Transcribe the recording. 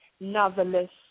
novelist